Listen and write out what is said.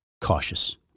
cautious